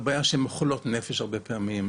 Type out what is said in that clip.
הבעיה היא שהן אוכלות נפש הרבה פעמים,